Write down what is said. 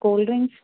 cool drinks